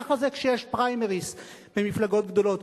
ככה זה כשיש פריימריז במפלגות גדולות,